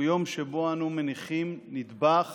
הוא יום שבו אנו מניחים נדבך